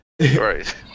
Right